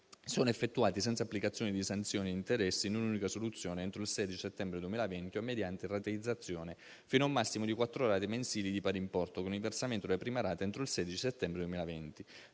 sono effettuati, senza applicazione di sanzioni e interessi, in un'unica soluzione entro il 16 settembre 2020 o mediante rateizzazione fino a un massimo di quattro rate mensili di pari importo, con il versamento della prima rata entro il 16 settembre 2020.